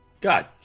God